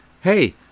hey